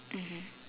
mmhmm